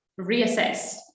reassess